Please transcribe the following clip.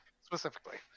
specifically